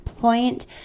point